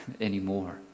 anymore